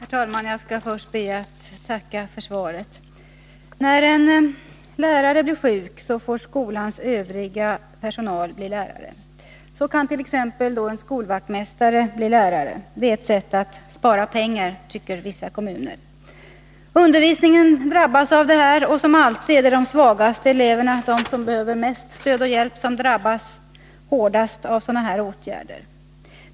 Herr talman! Jag skall först be att få tacka för svaret. När en lärare blir sjuk får skolans övriga personal bli lärare. Så kan t.ex. då en skolvaktmästare bli lärare. Det är ett sätt att spara pengar, tycker vissa kommuner. Undervisningen drabbas av detta, och som alltid är det de svagaste eleverna, de som behöver mest stöd och hjälp, som drabbas hårdast av sådana här åtgärder.